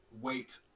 wait